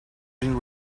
been